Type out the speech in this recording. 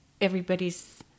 Everybody's